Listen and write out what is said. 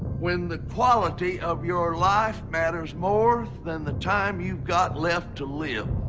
when the quality of your life matters more than the time you've got left to live.